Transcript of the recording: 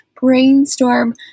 brainstorm